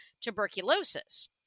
tuberculosis